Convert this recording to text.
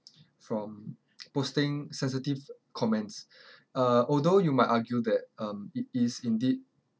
from posting sensitive comments uh although you might argue that um it is indeed